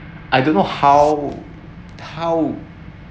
I don't know how how